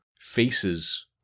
faces